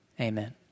amen